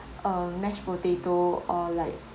uh mash potato or like